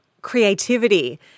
creativity